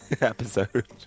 episode